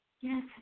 Yes